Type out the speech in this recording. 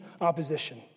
opposition